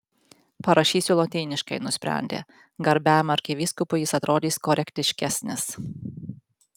parašysiu lotyniškai nusprendė garbiajam arkivyskupui jis atrodys korektiškesnis